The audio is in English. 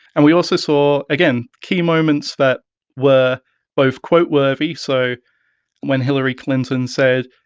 and we also saw, again, key moments that were both quote-worthy, so when hillary clinton said,